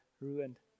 ruined